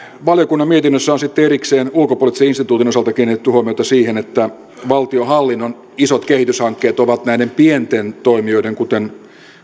valiokunnan mietinnössä on sitten erikseen ulkopoliittisen instituutin osalta kiinnitetty huomiota siihen että valtionhallinnon isot kehityshankkeet ovat näiden pienten toimijoiden kuten